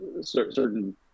certain